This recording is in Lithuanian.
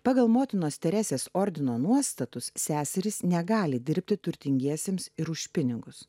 pagal motinos teresės ordino nuostatus seserys negali dirbti turtingiesiems ir už pinigus